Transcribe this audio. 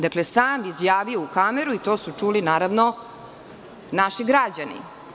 Dakle, sam je izjavio u kameru i to su čuli naravno naši građani.